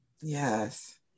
Yes